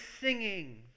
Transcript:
singing